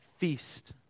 feast